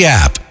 app